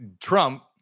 Trump